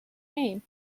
name